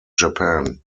japan